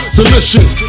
delicious